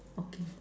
okay